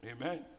Amen